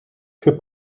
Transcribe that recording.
für